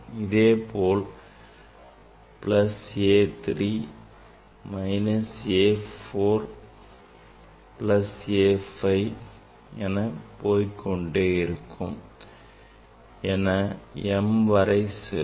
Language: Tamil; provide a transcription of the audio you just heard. இதேபோல் plus A 3 minus A 4 plus A 5 etcetera என m வரை செல்லும்